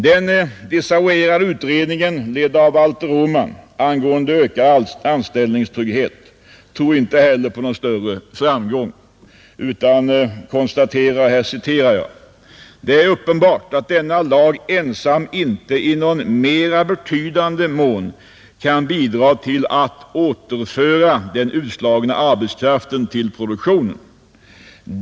Den desavuerade utredningen, ledd av Valter Åman, angående ökad anställningstrygghet tror inte heller på någon större framgång utan konstaterar: ”Det är uppenbart, att denna lag ensam inte i någon mera betydande mån kan bidra till att återföra den utslagna arbetskraften till produktionen.